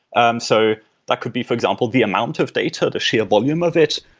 um so that could be, for example, the amount of data, the sheer volume of it,